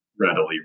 readily